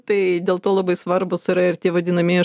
tai dėl to labai svarbūs yra ir tie vadinamieji